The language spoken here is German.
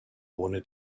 ohne